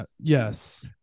Yes